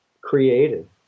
created